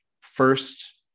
first